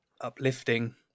uplifting